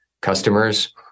customers